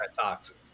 toxic